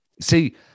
See